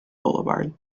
boulevard